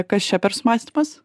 kas čia per sumąstymas